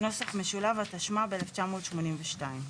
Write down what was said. התשמ"ב-1982.